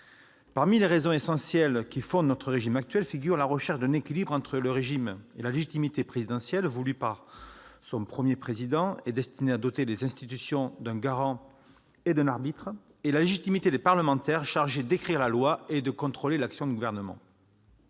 Parmi les raisons essentielles qui fondent notre régime actuel figure la recherche d'un équilibre entre la légitimité présidentielle, voulue par son premier Président et destinée à doter les institutions d'un garant et d'un arbitre, et la légitimité des parlementaires, chargés d'écrire la loi et de contrôler l'action du Gouvernement.